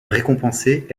récompensés